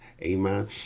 Amen